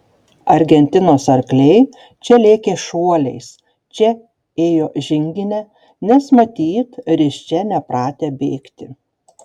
argentinos arkliai čia lėkė šuoliais čia ėjo žingine nes matyt risčia nepratę bėgti